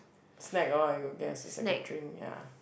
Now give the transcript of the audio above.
snack loh you guess is like a drink ya